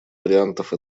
вариантов